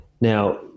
Now